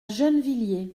gennevilliers